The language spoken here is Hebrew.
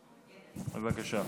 בבקשה.